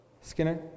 Skinner